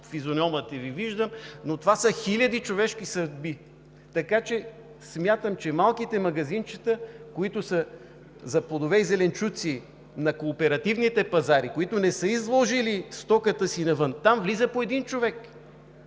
физиономията Ви виждам, но това са хиляди човешки съдби! В малките магазинчета, които са за плодове и зеленчуци на кооперативните пазари, които не са изложили стоката си навън, там влиза по един човек.